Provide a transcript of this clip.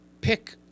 pick